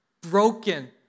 broken